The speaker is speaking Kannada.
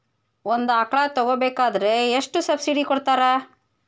ಒಂದು ಆಕಳ ತಗೋಬೇಕಾದ್ರೆ ಎಷ್ಟು ಸಬ್ಸಿಡಿ ಕೊಡ್ತಾರ್?